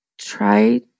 try